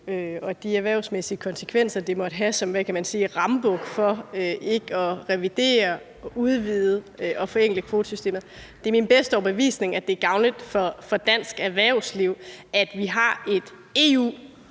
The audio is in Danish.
og de erhvervsmæssige konsekvenser, det måtte have, som – hvad kan man sige – rambuk for ikke at revidere og udvide og forenkle kvotesystemet. Det er min bedste overbevisning, at det er gavnligt for dansk erhvervsliv, at vi har et EU,